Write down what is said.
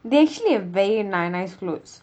they actually have very ni~ nice clothes